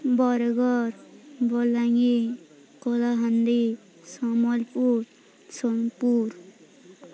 Bargarh Balangir Kalahandi Sambalpur Sonepur